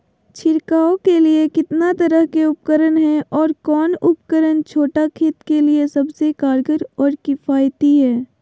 छिड़काव के लिए कितना तरह के उपकरण है और कौन उपकरण छोटा खेत के लिए सबसे कारगर और किफायती है?